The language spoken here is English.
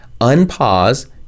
unpause